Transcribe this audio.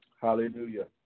Hallelujah